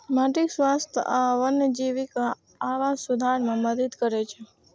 माटिक स्वास्थ्य आ वन्यजीवक आवास सुधार मे मदति करै छै